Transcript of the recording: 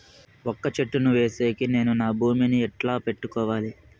వక్క చెట్టును వేసేకి నేను నా భూమి ని ఎట్లా పెట్టుకోవాలి?